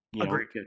Agreed